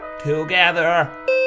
together